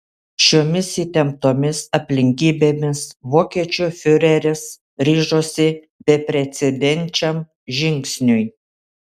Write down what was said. šiomis įtemptomis aplinkybėmis vokiečių fiureris ryžosi beprecedenčiam žingsniui